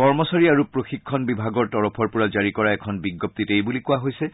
কৰ্মচাৰী আৰু প্ৰশিক্ষণ বিভাগৰ তৰফৰ পৰা জাৰি কৰা এখন বিজ্ঞপ্তিত এইবুলি কোৱা হৈছে